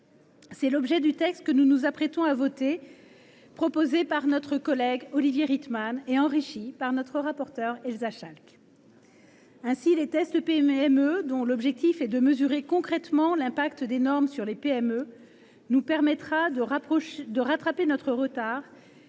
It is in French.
C’est l’objet du texte que nous nous apprêtons à voter, déposé par Olivier Rietmann et enrichi par notre rapporteure Elsa Schalck. Ainsi, les « tests PME », dont l’objectif est de mesurer concrètement l’impact des normes sur les PME, nous permettront de rattraper notre retard